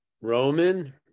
Roman